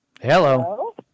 Hello